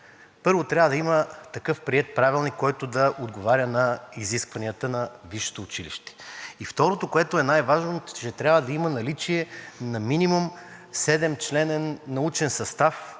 Първо, трябва да има такъв приет правилник, който да отговаря на изискванията на висшето училище. И второто, което е най-важното, е, че трябва да има наличие на минимум седемчленен научен състав,